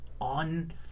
on